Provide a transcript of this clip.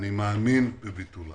אני מאמין בביטולה.